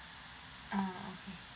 ah okay